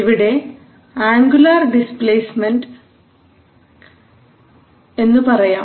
ഇവിടെ angular displacement എന്നു പറയാം